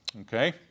Okay